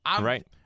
right